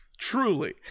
Truly